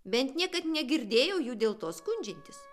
bent niekad negirdėjau jų dėl to skundžiantis